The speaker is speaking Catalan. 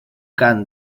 cant